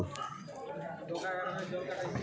জিনিস কিনা বা বিক্রি কোরবার সময় তার বর্তমান যে দাম